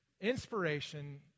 Inspiration